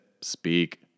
Speak